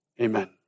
Amen